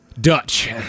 Dutch